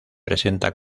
presenta